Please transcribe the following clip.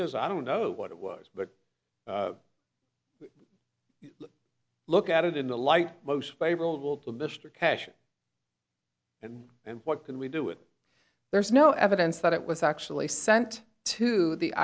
is i don't know what it was but look at it in the light most favorable to mr cash and and what can we do it there's no evidence that it was actually sent to the